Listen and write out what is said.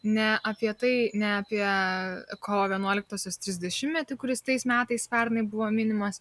ne apie tai ne apie kovo vienuoliktosios trisdešimtmetį kuris tais metais pernai buvo minimas